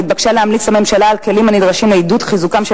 שהתבקשה להמליץ לממשלה על הכלים הנדרשים לעידוד חיזוקם של